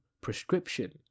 prescription